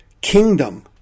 kingdom